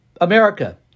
America